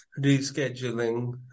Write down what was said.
rescheduling